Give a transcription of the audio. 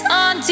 on